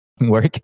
work